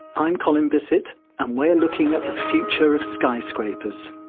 i'm colin bisset and we are looking at the future of skyscrapers.